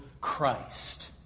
Christ